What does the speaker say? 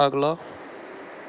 ਅਗਲਾ